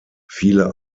viele